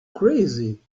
crazy